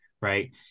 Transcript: Right